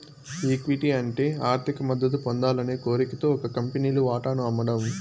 equity అంటే ఆర్థిక మద్దతు పొందాలనే కోరికతో ఒక కంపెనీలు వాటాను అమ్మడం